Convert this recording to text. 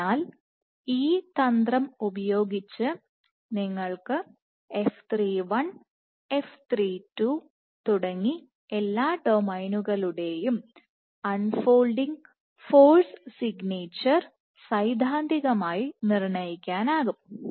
അതിനാൽ ഈ തന്ത്രം ഉപയോഗിച്ച് നിങ്ങൾക്ക് 1 2 തുടങ്ങി എല്ലാ ഡൊമെയ്നുകളുടെയും 1 അൺ ഫോൾഡിങ് ഫോഴ്സ് സിഗ്നേച്ചർ സൈദ്ധാന്തികമായി നിർണ്ണയിക്കാനാകും